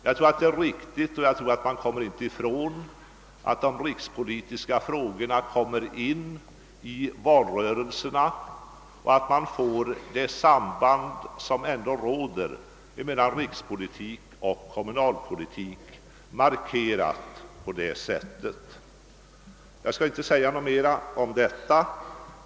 Jag tror att det är riktigt och oundvikligt att de rikspolitiska frågorna kommer in i valdebatten och att det samband, som ändå råder mellan rikspolitik och kommunalpolitik, på detta sätt blir markerat. Jag skall inte säga mera om detta.